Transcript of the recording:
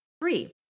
free